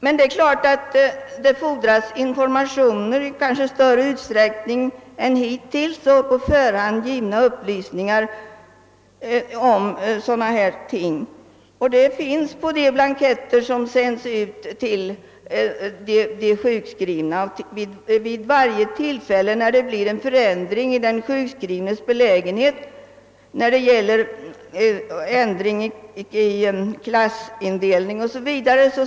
Kanske fordras det emellertid informationer i större utsträckning än hittills och på förhand givna upplysningar om dessa ting. Sådana finns på de blanketter som vid varje tillfälle då det blir en förändring i vederbörandes belägenhet ändring i klassindelning o. s. v.